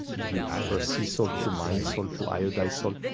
do you prefer sea salt to mine salt to iodized salt?